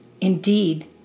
Indeed